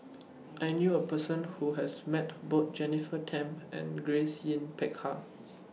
I knew A Person Who has Met Both Jennifer Tham and Grace Yin Peck Ha